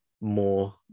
more